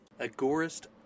Agorist